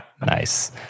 Nice